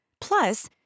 Plus